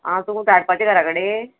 आं तुका धाडपाचें घरा कडेन